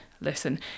listen